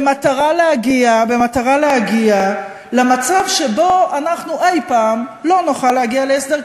במטרה להגיע למצב שבו אנחנו לא נוכל להגיע אי-פעם להסדר,